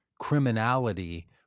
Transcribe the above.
criminality